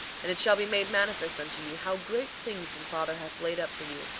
and it shall be made manifest unto you how great things the father hath laid up for you,